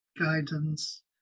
guidance